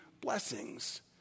blessings